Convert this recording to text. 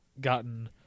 gotten